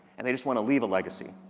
and they just want to leave a legacy.